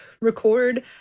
record